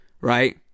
right